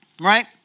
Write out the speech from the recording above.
right